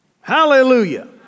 hallelujah